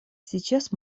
сейчас